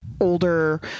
older